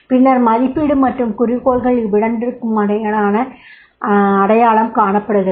பின்னர் மதிப்பீடு மற்றும் குறிக்கோள்கள் இவ்விரண்டிற்குமிடையிலான இடைவெளி அடையாளம் காணப்படுகிறது